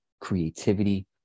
creativity